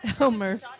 Elmer